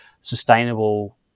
sustainable